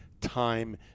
time